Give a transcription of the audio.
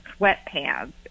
sweatpants